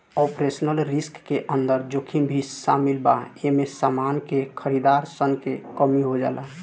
operational risk के अंदर जोखिम भी शामिल बा एमे समान के खरीदार सन के कमी हो जाला